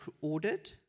ordered